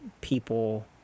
people